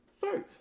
first